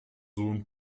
sohn